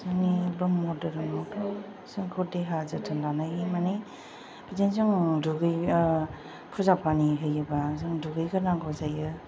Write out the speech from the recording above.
जोंनि ब्रह्म धोरोमावथ' जोंखौ देहा जोथोन लानाय माने बिदिनो जों दुगै फुजा पानि होयोब्ला जों दुगैग्रोनांगौ जायो